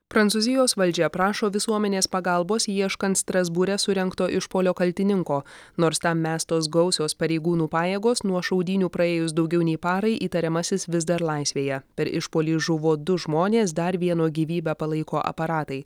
prancūzijos valdžia prašo visuomenės pagalbos ieškant strasbūre surengto išpuolio kaltininko nors tam mestos gausios pareigūnų pajėgos nuo šaudynių praėjus daugiau nei parai įtariamasis vis dar laisvėje per išpuolį žuvo du žmonės dar vieno gyvybę palaiko aparatai